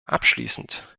abschließend